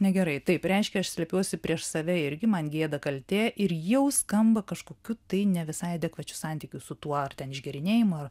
negerai taip reiškia aš slepiuosi prieš save irgi man gėda kaltė ir jau skamba kažkokiu tai ne visai adekvačiu santykiu su tuo ar ten išgėrinėjimu ar